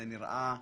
זה נראה,